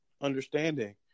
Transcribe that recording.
understanding